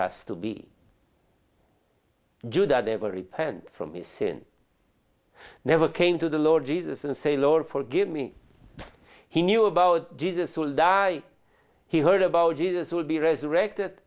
us to be do that every hand from missing never came to the lord jesus and say lord forgive me he knew about jesus will die he heard about jesus would be resurrected